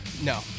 No